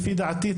לפי דעתי,